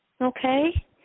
Okay